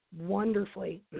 wonderfully